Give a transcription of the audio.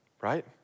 Right